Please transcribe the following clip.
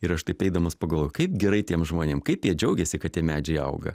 ir aš taip eidamas pagalvojau kaip gerai tiem žmonėm kaip jie džiaugėsi kad tie medžiai auga